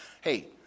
Hey